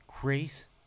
grace